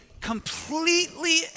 completely